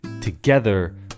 Together